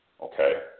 Okay